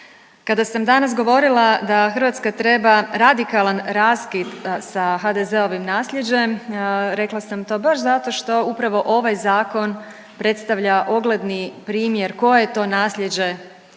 kada sam danas govorila da Hrvatska treba radikalan raskid sa HDZ-ovim nasljeđem rekla sam to baš zato što upravo ovaj zakon predstavlja ogledni primjer koje je to naslijeđe